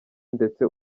ndetse